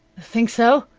think so?